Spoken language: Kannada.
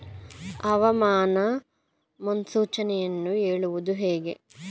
ಹವಾಮಾನ ಮುನ್ಸೂಚನೆಯನ್ನು ಹೇಳುವುದು ಹೇಗೆ?